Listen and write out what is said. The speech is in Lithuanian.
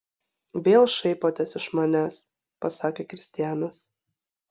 vėl šaipotės iš manęs pasakė kristianas